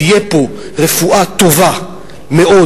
תהיה פה רפואה טובה מאוד,